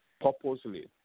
purposely